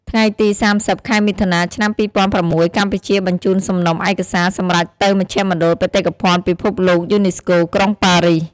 ថ្ងៃទី៣០ ខែមិថុនា ឆ្នាំ២០០៦ កម្ពុជាបញ្ជូនសំណុំឯកសារសម្រេចទៅមជ្ឈមណ្ឌលបេតិកភណ្ឌពិភពលោកយូនីស្កូ ក្រុងប៉ារីស។